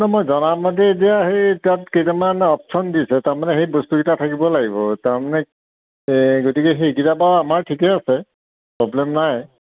মই জনামতে এতিয়া সেই তাত কেইটামান অপচন দিছে তাৰমানে সেই বস্তুকেইটা থাকিব লাগিব তাৰমানে এ গতিকে সেইকেইটা বাৰু আমাৰ ঠিকে আছে প্ৰব্লেম নাই